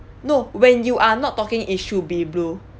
no when you are not talking it should be blue